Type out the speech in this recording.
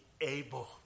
able